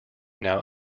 now